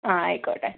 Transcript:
ആഹ് ആയിക്കോട്ടെ